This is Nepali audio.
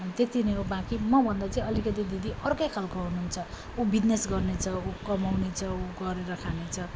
अनि त्यति नै हो बाँकी म भम्दा चाहिँ अलिकति दिदी अर्कै खाले हुनु हुन्छ ऊ बिजनेस गर्ने छ ऊ कमाउने छ ऊ गरेर खाने छ